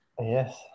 Yes